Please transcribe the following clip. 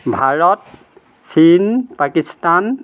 ভাৰত চীন পাকিস্তান